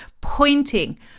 pointing